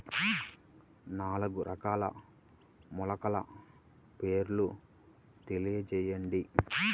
నాలుగు రకాల మొలకల పేర్లు తెలియజేయండి?